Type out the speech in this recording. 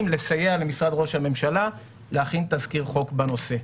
לסייע למשרד ראש הממשלה להכין תזכיר חוק בנושא.